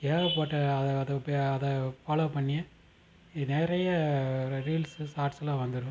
ஏகப்பட்ட அதை பே அதை ஃபாலோ பண்ணியே நிறைய ரீல்ஸ்ஸு ஷாட்ஸ்ஸுலாம் வந்துடும்